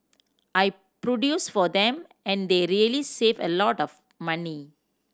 I produce for them and they really save a lot of money